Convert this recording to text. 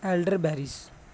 elder berries